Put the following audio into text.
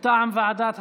מטעם ועדת החוקה,